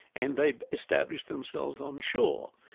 and they'd established themselves onshore,